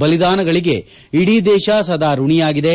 ಬಲಿದಾನಗಳಿಗೆ ಇಡೀ ದೇಶ ಸದಾ ಋಣಿಯಾಗಿದೆ